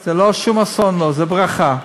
זה לא שום אסון, זו ברכה.